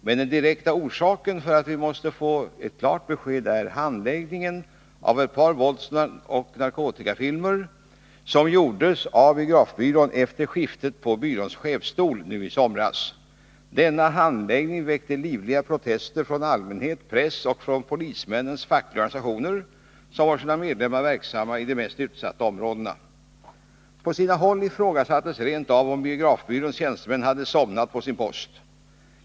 Men den direkta orsaken till att vi måste få ett klart besked är handläggningen av ett par våldsoch narkotikafilmer som gjordes av biografbyrån efter skiftet på byråns chefsstol nu i somras. Denna handläggning väckte livliga protester från allmänheten, pressen och polismännens fackliga organisationer, som har sina medlemmar verksamma i de mest utsatta områdena. På sina håll ifrågasattes rent av om biografbyråns tjänstemän hade somnat på sin post.